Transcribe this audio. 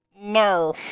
No